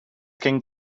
can